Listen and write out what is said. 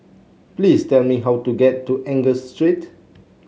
please tell me how to get to Angus Street